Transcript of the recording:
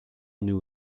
knew